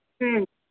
हं